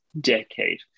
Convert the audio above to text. decade